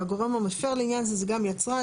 יצרן,